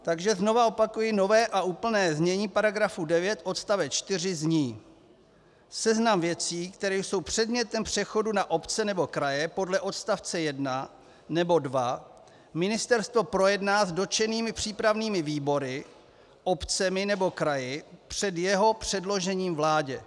Takže znovu opakuji, nové a úplné znění § 9 odst. 4 zní: Seznam věcí, které jsou předmětem přechodu na obce nebo kraje podle odst. 1 nebo 2, ministerstvo projedná s dotčenými přípravnými výbory, obcemi nebo kraji před jeho předložením vládě.